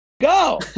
go